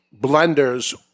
blenders